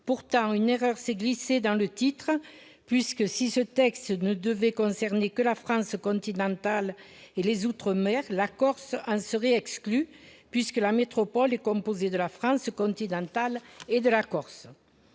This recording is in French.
Pourtant, une erreur s'est glissée dans l'intitulé de la proposition de loi, puisque, si ce texte ne devait concerner que la France continentale et les outre-mer, la Corse en serait exclue, la métropole étant composée de la France continentale et de la Corse.